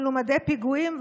מלומדי פיגועים,